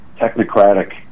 technocratic